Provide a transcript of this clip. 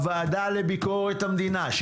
תפקידה של הוועדה לביקורת המדינה הוא